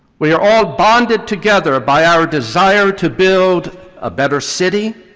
we are all bonded together by our desire to build a better city,